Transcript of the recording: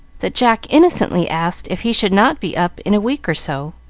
that jack innocently asked if he should not be up in a week or so.